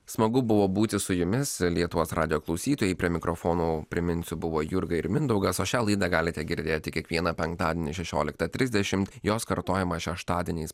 smagu buvo būti su jumis lietuvos radijo klausytojai prie mikrofono priminsiu buvo jurga ir mindaugas o šią laidą galite girdėti kiekvieną penktadienį šešioliktą trisdešimt jos kartojimą šeštadieniais